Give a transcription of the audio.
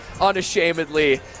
unashamedly